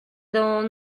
dont